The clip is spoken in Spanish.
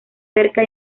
cerca